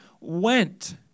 went